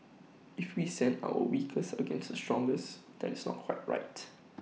if we send our weakest against the strongest then it's not quite right